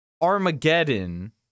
Armageddon